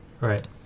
right